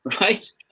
right